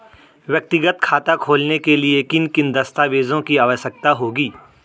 व्यक्तिगत खाता खोलने के लिए किन किन दस्तावेज़ों की आवश्यकता होगी?